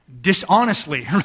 dishonestly